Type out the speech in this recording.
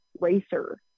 racer